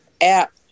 app